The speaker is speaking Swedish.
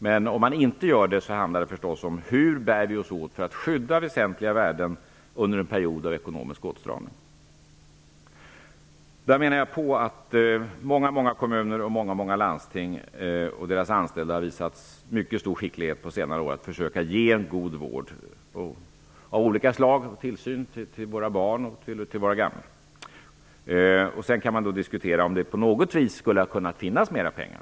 Men om man inte har den synen handlar det förstås om hur vi skall bära oss åt för att skydda väsentliga värden under en period av ekonomisk åtstramning. Väldigt många kommuner och landsting samt deras anställda har visat mycket stor skicklighet under senare år när det gäller att försöka ge god vård av olika slag. Det kan gälla tillsyn av våra barn och våra gamla. Sedan kan man diskutera om det på något vis skulle ha kunnat finnas mera pengar.